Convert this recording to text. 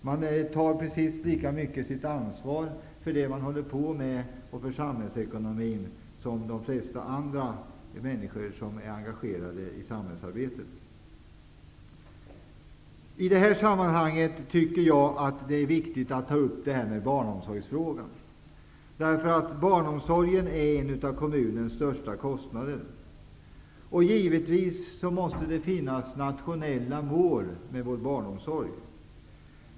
Man tar precis lika mycket ansvar för det man håller på med och för samhällsekonomin som de flesta andra människor som är engagerade i samhällsarbetet. I det här sammanhanget tycker jag att det är viktigt att ta upp barnomsorgsfrågan. Barnomsorgen är ett av de områden som kostar mest för kommunerna. Givetvis måste det finnas nationella mål med vår barnomsorg.